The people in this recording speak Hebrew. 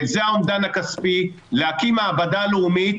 זה האומדן הכספי להקים מעבדה לאומית